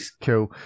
cool